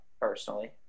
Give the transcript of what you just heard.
personally